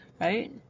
Right